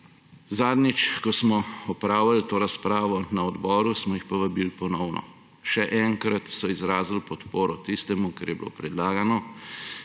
Zadnjič, ko smo opravili to razpravo na odboru, smo jih povabili ponovno. Še enkrat so izrazili podporo tistemu, kar je bilo predlagano,